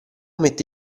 mette